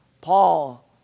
Paul